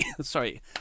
Sorry